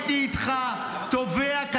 ההסתה שלך יורדת לרחובות, מידבקת לכולם.